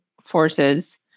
forces